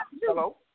Hello